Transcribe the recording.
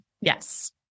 Yes